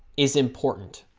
is important